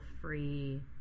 free